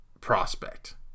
prospect